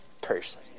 person